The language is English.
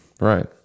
Right